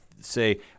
say